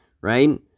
right